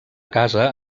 casa